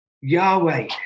Yahweh